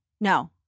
No